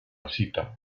cita